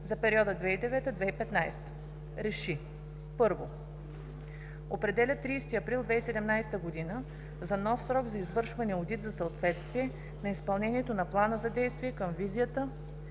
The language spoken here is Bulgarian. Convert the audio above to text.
за периода 2009 - 2015 г. РЕШИ: 1. Определя 30 април 2017 г. за нов срок за извършване одит за съответствие на изпълнението на Плана за действие към Визията